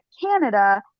canada